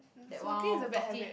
that one orh talking